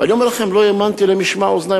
ולא האמנתי למשמע אוזני,